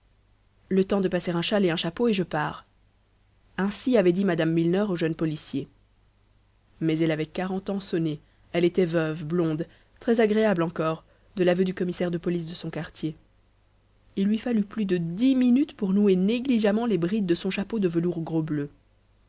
le temps de passer un châle et un chapeau et je pars ainsi avait dit mme milner au jeune policier mais elle avait quarante ans sonnés elle était veuve blonde très-agréable encore de l'aveu du commissaire de police de son quartier il lui fallut plus de dix minutes pour nouer négligemment les brides de son chapeau de velours gros bleu